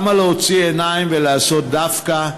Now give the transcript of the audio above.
למה להוציא עיניים ולעשות דווקא,